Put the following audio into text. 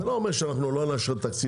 זה לא אומר שאנחנו לא נאשר תקציב,